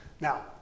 Now